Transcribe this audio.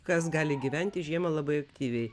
kas gali gyventi žiemą labai aktyviai